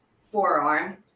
forearm